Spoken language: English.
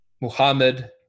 Muhammad